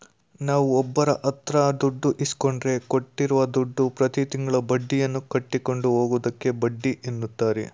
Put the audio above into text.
ನಾವುಒಬ್ಬರಹತ್ರದುಡ್ಡು ಇಸ್ಕೊಂಡ್ರೆ ಕೊಟ್ಟಿರೂದುಡ್ಡುಗೆ ಪ್ರತಿತಿಂಗಳು ಬಡ್ಡಿಯನ್ನುಕಟ್ಟಿಕೊಂಡು ಹೋಗುವುದಕ್ಕೆ ಬಡ್ಡಿಎನ್ನುತಾರೆ